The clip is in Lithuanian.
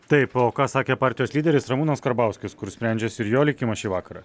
taip o ką sakė partijos lyderis ramūnas karbauskis kur sprendžiasi ir jo likimas šį vakarą